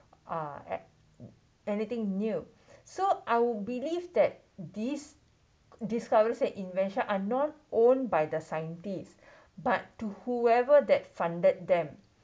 uh a~ anything new so I'll believe that these discoveries and invention are not owned by the scientists but to whoever that funded them